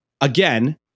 again